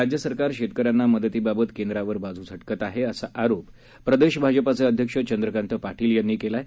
राज्य सरकार शेतकऱ्यांना मदतीबाबत केंद्रावर बाजू झटकत आहे असा आरोप प्रदेश भाजपचे अध्यक्ष चंद्रकांत पाटील यांनी केला आहे